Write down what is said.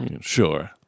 Sure